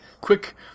quick